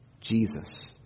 Jesus